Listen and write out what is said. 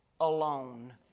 alone